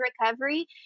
recovery